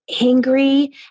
angry